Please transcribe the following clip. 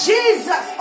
Jesus